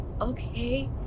Okay